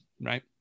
right